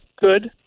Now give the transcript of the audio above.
good